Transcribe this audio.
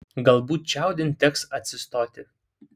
galbūt čiaudint teks atsistoti